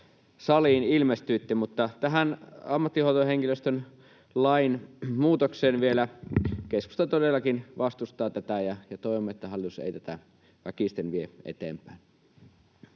saliin ilmestyitte. Mutta tähän ammattihenkilöstön lain muutoksen vielä: keskusta todellakin vastustaa tätä, ja toivomme, että hallitus ei tätä väkisten vie eteenpäin.